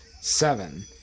Seven